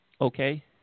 okay